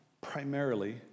primarily